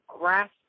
grasp